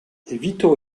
evito